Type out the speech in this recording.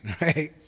right